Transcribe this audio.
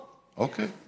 אוקיי.